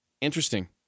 Interesting